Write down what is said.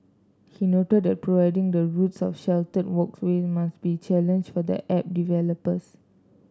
he noted that providing the routes of sheltered walkways must be a challenge for the app developers